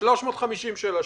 350 של השב"כ.